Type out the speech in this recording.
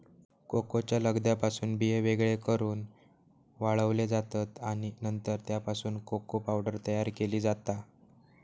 कोकोच्या लगद्यापासून बिये वेगळे करून वाळवले जातत आणि नंतर त्यापासून कोको पावडर तयार केली जाता